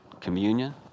Communion